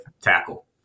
tackle